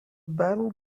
battle